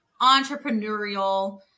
entrepreneurial